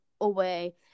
away